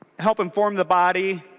help inform the body